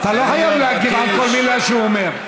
אתה לא חייב להגיב על כל מילה שהוא אומר.